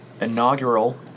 inaugural